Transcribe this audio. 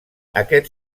aquest